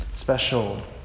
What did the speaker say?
special